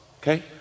Okay